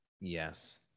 Yes